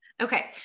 Okay